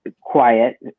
quiet